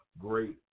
great